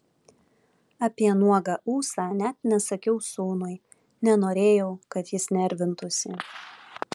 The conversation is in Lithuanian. apie nuogą ūsą net nesakiau sūnui nenorėjau kad jis nervintųsi